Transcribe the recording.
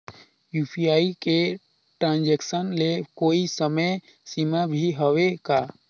UPI के transaction ले कोई समय सीमा भी हवे का?